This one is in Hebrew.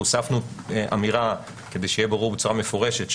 הוספנו אמירה כדי שיהיה ברור בצורה מפורשת,